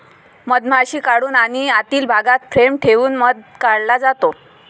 मधमाशी काढून आणि आतील भागात फ्रेम ठेवून मध काढला जातो